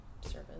service